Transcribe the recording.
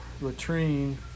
latrine